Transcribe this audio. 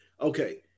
Okay